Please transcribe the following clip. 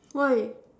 why